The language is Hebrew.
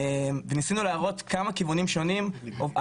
ניסינו להראות כמה כיוונים שונים על